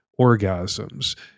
orgasms